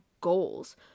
goals